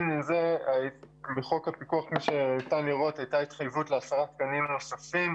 בחוק הפיקוח היתה התחייבות ל-10 תקנים נוספים,